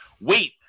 wait